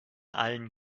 allen